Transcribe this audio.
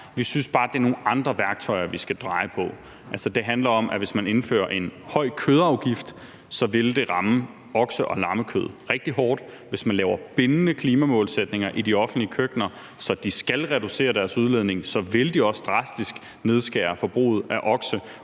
Vi synes bare, det er nogle andre håndtag, vi skal dreje på. Altså, det handler om, at hvis man indfører en høj kødafgift, vil det ramme okse- og lammekød rigtig hårdt. Hvis man laver bindende klimamålsætninger i de offentlige køkkener, sådan at de skal reducere deres udledning, vil de også drastisk nedskære forbruget af okse-